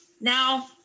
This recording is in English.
Now